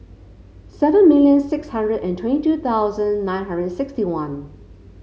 seven million six hundred and twenty two thousand nine hundred and sixty one